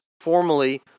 formally